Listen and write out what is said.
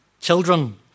Children